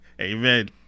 Amen